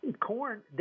Corn